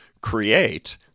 create